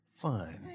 Fun